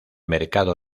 mercado